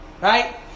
Right